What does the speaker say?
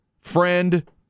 friend